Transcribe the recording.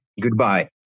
goodbye